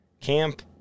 camp